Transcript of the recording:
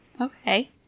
Okay